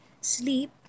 sleep